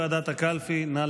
הקלפי, נא